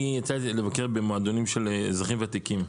אני יצא לי לבקר במועדונים של אזרחים ותיקים,